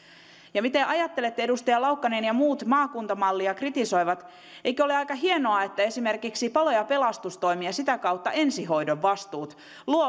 miten ajattelette edustaja laukkanen ja muut maakuntamallia kritisoivat eikö ole aika hienoa että esimerkiksi palo ja pelastustoimi ja sitä kautta ensihoidon vastuut